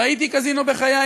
ראיתי קזינו בחיי.